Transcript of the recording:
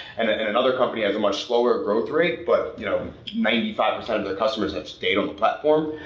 and another company has a much slower growth rate, but you know ninety five percent of their customers have stayed on the platform.